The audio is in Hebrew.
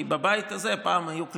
כי בבית הזה פעם היו כללים.